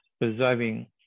preserving